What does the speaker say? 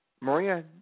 Maria